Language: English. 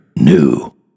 new